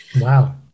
Wow